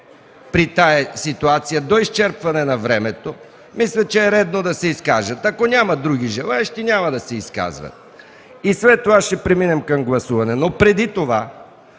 при тази ситуация – до изчерпване на времето, мисля, че е редно да се изкажат. Ако няма други желаещи – няма да се изказват. След това ще преминем към гласуване. Преди това